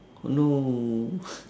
no